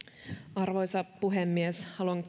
arvoisa puhemies haluan